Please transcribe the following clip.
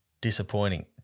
Disappointing